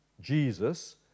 Jesus